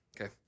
Okay